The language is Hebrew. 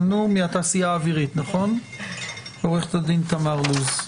התעשייה האווירית, עו"ד תמר לוז.